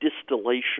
distillation